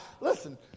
listen